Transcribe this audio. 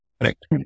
Correct